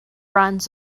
runs